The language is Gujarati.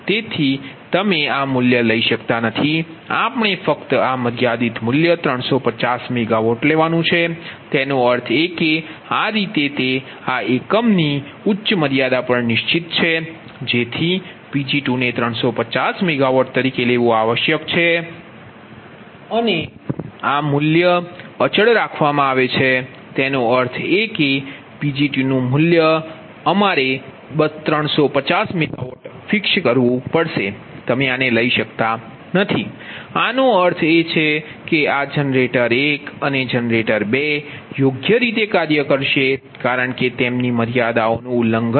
તેથી અમે આ મૂલ્ય લઈ શકતા નથી આપણે ફક્ત આ મર્યાદિત મૂલ્ય 350 MW લેવાનું છે તેનો અર્થ એ કે આ રીતે તે આ એકમ તેની ઉચ્ચ મર્યાદા પર નિશ્ચિત છે જેથી Pg2 ને 350 MW તરીકે લેવું આવશ્યક છે અને આ મૂલ્ય પર અચલ રાખવામાં આવે છે તેનો અર્થ એ કેPg2 નું મૂલ્ય અમારે 350 MW ફિક્સ કરવું પડશે તમે આને લઈ શકતા નથી આનો અર્થ એ કે આ જનરેટર 1 અને જનરેટર 2 આ યોગ્ય રીતે કાર્ય કરશે કારણ કે તેમની મર્યાદાઓનું ઉલ્લંઘન નથી